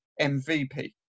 MVP